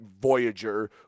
Voyager